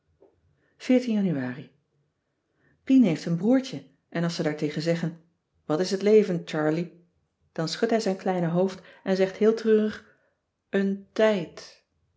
januari pien heeft een broertje en als ze daar tegen zeggen wat is het leven charlie dan schudt hij zijn kleine hoofd en zegt heel treurig een tijd